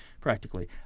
practically